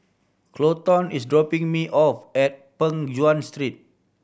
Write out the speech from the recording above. Kolton is dropping me off at Peng Nguan Street